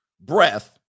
breath